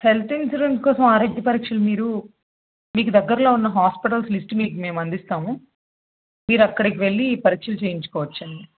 health insurance కోసం ఆరోగ్య పరీక్షలు మీరు మీకు దగ్గరలో ఉన్న హాస్పిటల్స్ లిస్ట్ మీకు మేమందిస్తాము మీరు అక్కడికి వెళ్ళి పరీక్షలు చెయ్యించుకోవచ్చండి